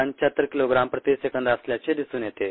75 kilogram प्रति सेकंद असल्याचे दिसून येते